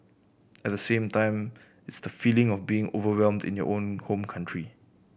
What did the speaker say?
at the same time it's the feeling of being overwhelmed in your own home country